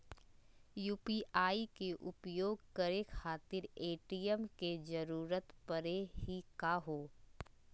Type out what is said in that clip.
UPI के उपयोग करे खातीर ए.टी.एम के जरुरत परेही का हो?